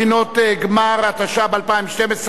בחינות גמר), התשע"ב 2012,